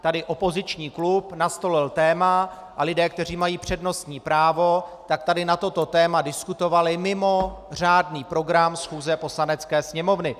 Tady opoziční klub nastolil téma a lidé, kteří mají přednostní právo, tady na toto téma diskutovali mimo řádný program schůze Poslanecké sněmovny.